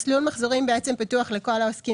מסלול מחזורים בעצם פתוח לכל העוסקים